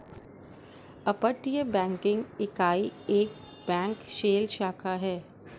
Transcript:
अपतटीय बैंकिंग इकाई एक बैंक शेल शाखा है